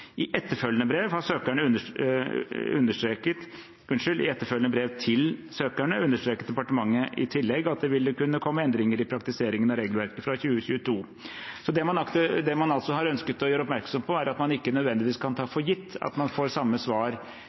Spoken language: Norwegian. I etterfølgende brev til søkerne understreket departementet i tillegg at det ville kunne komme endringer i praktiseringen av regelverket fra 2022. Det man altså har ønsket å gjøre oppmerksom på, er at man ikke nødvendigvis kan ta for gitt at man får samme svar